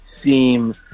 seem